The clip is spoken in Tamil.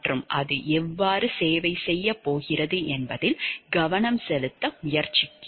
மற்றும் அது எவ்வாறு சேவை செய்யப் போகிறது என்பதில் கவனம் செலுத்த முயற்சிக்கிறோம்